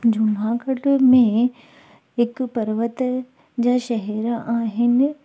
जूनागढ़ में हिकु पर्वत जा शहर आहिनि